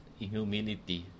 inhumility